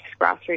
grassroots